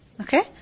Okay